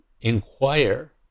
inquire